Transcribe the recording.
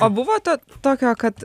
o buvo to tokio kad